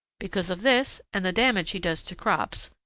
because of this and the damage he does to crops,